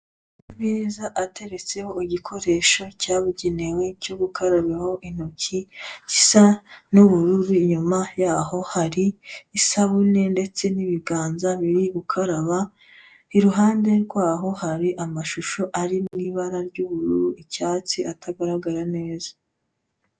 Ameza ateretseho igikoresho cyabugenewe cyo gukarabiraho intoki gisa n'ubururu, inyuma yaho hari isabune ndetse n'ibiganza biri gukaraba, iruhande rwaho hari amashusho ari mu ibara ry'ubururu atagaragara neza.